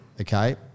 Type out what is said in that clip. Okay